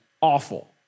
awful